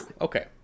Okay